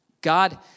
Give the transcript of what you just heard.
God